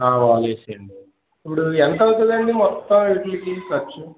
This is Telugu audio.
వాలు వెసెయ్యండి ఇప్పుడు ఎంత అవుతుందండి మొత్తం వీటిలికి ఖర్చు